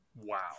wow